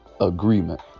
agreement